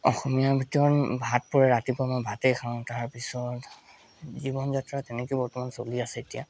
অসমীয়া ভিতৰত ভাত পৰে ৰাতিপুৱা মই ভাতেই খাওঁ তাৰপিছত জীৱন যাত্ৰা তেনেকৈয়ে বৰ্তমান চলি আছে এতিয়া